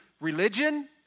religion